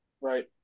Right